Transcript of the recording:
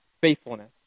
faithfulness